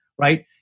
right